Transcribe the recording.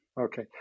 Okay